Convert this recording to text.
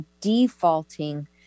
defaulting